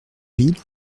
ville